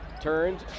turns